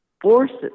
forces